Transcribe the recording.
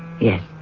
yes